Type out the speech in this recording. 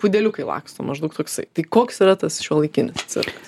pudeliukai laksto maždaug toksai koks yra tas šiuolaikinis cirkas